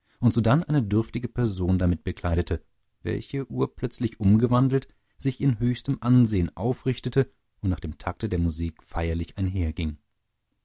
und sodann eine dürftige person damit bekleidete welche urplötzlich umgewandelt sich in höchstem ansehen aufrichtete und nach dem takte der musik feierlich